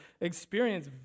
experience